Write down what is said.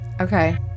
Okay